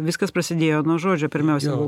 viskas prasidėjo nuo žodžio pirmiausia buvo